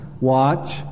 watch